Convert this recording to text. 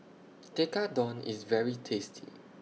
Tekkadon IS very tasty